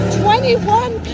twenty-one